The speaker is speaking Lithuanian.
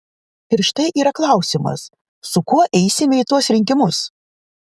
ir štai yra klausimas su kuo eisime į tuos rinkimus